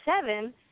seven